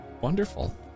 Wonderful